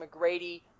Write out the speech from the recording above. McGrady